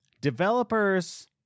developers